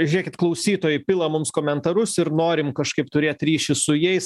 žiūrėkit klausytojai pila mums komentarus ir norim kažkaip turėt ryšį su jais